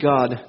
God